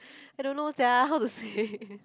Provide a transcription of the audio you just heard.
I don't know sia how to say